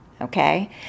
Okay